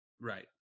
Right